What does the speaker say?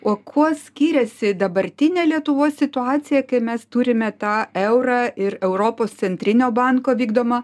o kuo skyrėsi dabartinė lietuvos situacija kai mes turime tą eurą ir europos centrinio banko vykdomą